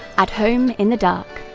at home in the dark,